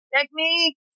Technique